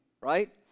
right